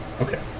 okay